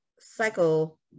cycle